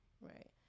Right